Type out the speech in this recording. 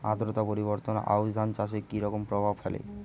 আদ্রতা পরিবর্তন আউশ ধান চাষে কি রকম প্রভাব ফেলে?